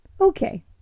Okay